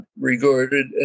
regarded